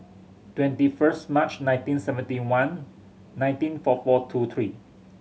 twenty first March nineteen seventy one nineteen four four two three